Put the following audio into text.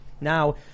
Now